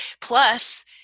plus